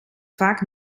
vaak